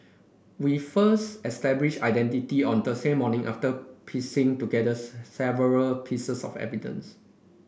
we first established identity on Thursday morning after piecing together several pieces of evidence